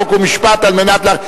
חוק ומשפט נתקבלה.